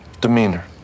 Demeanor